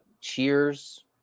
cheers